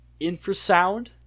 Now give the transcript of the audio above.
infrasound